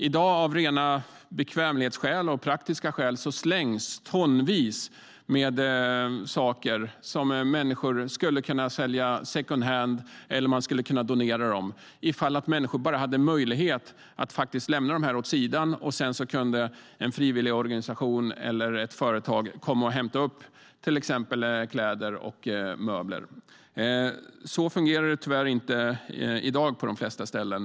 I dag slängs av rena bekvämlighetsskäl och av praktiska skäl tonvis av saker som människor skulle kunna sälja second hand eller donera om de bara hade möjlighet att lämna dem åt sidan. Sedan skulle en frivilligorganisation eller ett företag kunna komma och hämta till exempel kläder och möbler. Så fungerar det tyvärr inte i dag på de flesta ställen.